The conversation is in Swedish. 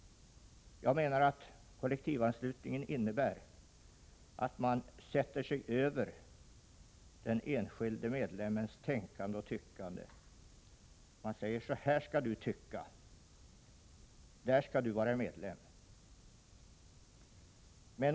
Jag menar att kollektivanslutningen innebär att man sätter sig över den enskilde medlemmens tänkande och tyckande. Man säger: Så här skall du tycka, där skall du vara medlem.